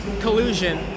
collusion